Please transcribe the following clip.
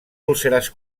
úlceres